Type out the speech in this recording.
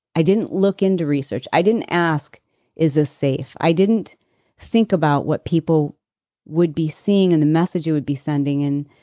i didn't look into research. i didn't ask is this ah safe? i didn't think about what people would be seeing and the message it would be sending. and